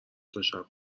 تاشب